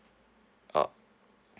oh